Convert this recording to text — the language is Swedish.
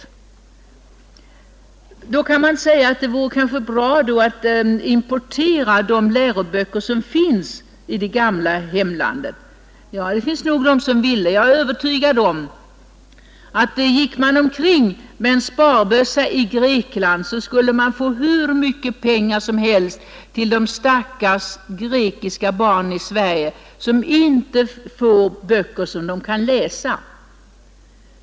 Man kanske då skulle kunna säga att det vore bra att importera de läroböcker som finns i det gamla hemlandet. Ja, det finns nog de som vill detta. Om man skulle gå omkring med en sparbössa i Grekland, är jag övertygad om att man skulle få in hur mycket pengar som helst till de stackars grekiska barnen i Sverige, som inte får några böcker som de kan läsa.